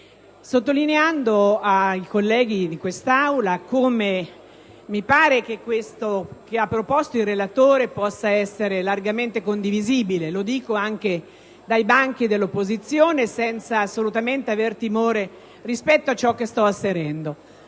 sottolineare ai colleghi di quest'Aula come il testo proposto dal relatore possa essere largamente condivisibile. Lo dico anche dai banchi dell'opposizione, senza aver timore di farlo rispetto a ciò che sto asserendo.